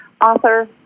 author